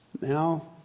Now